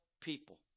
people